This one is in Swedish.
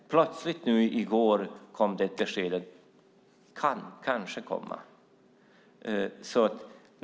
Plötsligt kom det i går ett besked: Den kan kanske komma.